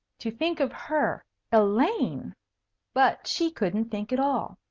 to think of her elaine but she couldn't think at all.